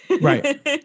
right